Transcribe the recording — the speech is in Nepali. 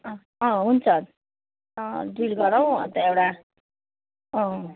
हुन्छ ड्रिल गरौँ अन्त एउटा